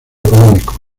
económico